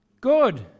good